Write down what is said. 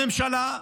הממשלה,